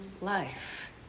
life